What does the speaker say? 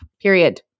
period